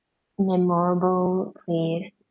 memorable place